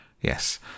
Yes